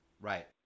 Right